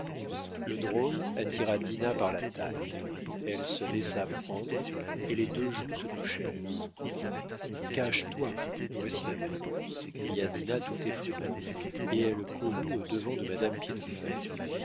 le drôle attira dinah par la taille elle se laissa prendre et les deux joues se touchèrent cache-toi voici ma mère s'écria dinah tout effrayée et elle courut au-devant de madame